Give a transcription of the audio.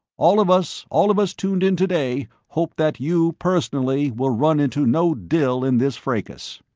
all of us, all of us tuned in today, hope that you personally will run into no dill in this fracas.